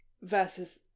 versus